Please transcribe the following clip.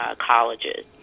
colleges